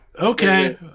Okay